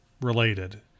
related